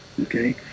Okay